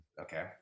Okay